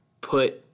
put